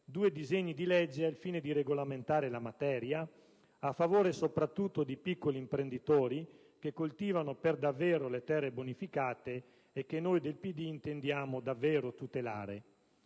due disegni di legge al fine di regolamentare la materia a favore soprattutto di piccoli imprenditori che coltivano per davvero le terre bonificate e che noi del PD intendiamo davvero tutelare.